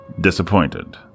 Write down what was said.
disappointed